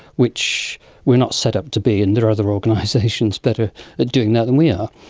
which we are not set up to be and there are other organisations better at doing that than we are.